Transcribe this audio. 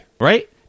Right